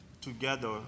Together